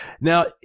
Now